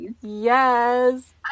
yes